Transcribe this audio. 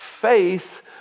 faith